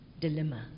dilemma